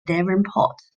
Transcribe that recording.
devonport